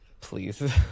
Please